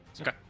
Okay